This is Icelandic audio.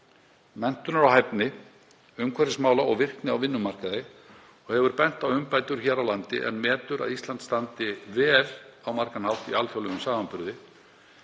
menntunar og hæfni, umhverfismála og virkni á vinnumarkaði og hefur bent á umbætur hér á landi en metur að Ísland standi vel í alþjóðlegum samanburði.